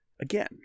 again